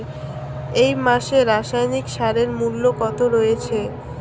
এই মাসে রাসায়নিক সারের মূল্য কত রয়েছে?